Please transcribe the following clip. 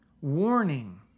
warning